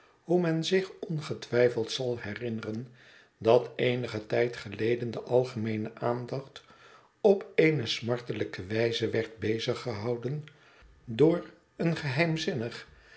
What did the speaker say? hoe men zich ongetwijfeld zal herinneren dat eenigen tijd geleden de algemeene aandacht op eene smartelijke wijze werd bezig gehouden door een geheimzinnig